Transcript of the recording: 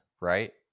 right